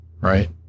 right